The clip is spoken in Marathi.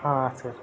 हां सर